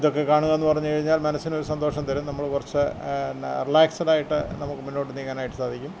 ഇതൊക്ക കാണുകയെന്നു പറഞ്ഞുകഴിഞ്ഞാൽ മനസ്സിനൊരു സന്തോഷം തരും നമ്മള് കുറച്ച് എന്നാ റീലാക്സിഡായിട്ട് നമുക്ക് മുന്നോട്ട് നീങ്ങാനായിട്ട് സാധിക്കും